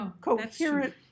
coherent